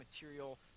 material